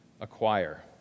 acquire